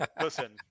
listen